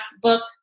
book